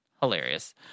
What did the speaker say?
Hilarious